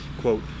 Quote